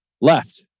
left